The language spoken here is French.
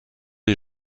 les